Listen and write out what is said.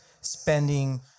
spending